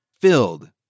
filled